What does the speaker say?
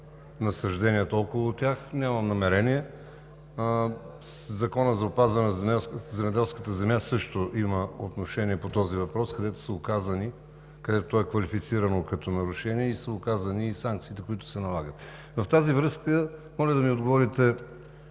насажденията около тях, нямам намерение. Законът за опазване на земеделската земя също има отношение по този въпрос, където това е квалифицирано като нарушение и са оказани и санкциите, които се налагат. В тази връзка моля да ми отговорите: